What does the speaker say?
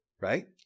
right